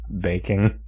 baking